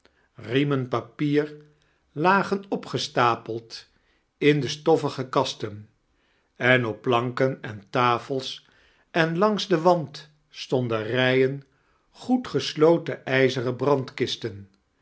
rienien papier lagein opgestapeld in de stof fige kasten en op pianken en tafels en lamgs den wand stonden rijen goed gesloten ijaerem brandkisiten